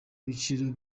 ibiciro